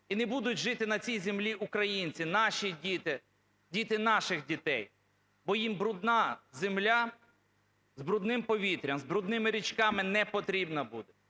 і не будуть жити на цій землі українці, наші діти, діти наших дітей, бо їм брудна земля з брудним повітрям, з брудними річками не потрібна буде,